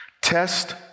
Test